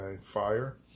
fire